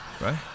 right